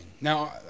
Now